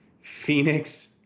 Phoenix